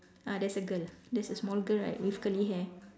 uh there's a girl there's a small girl right with curly hair